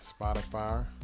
Spotify